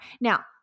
Now